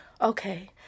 Okay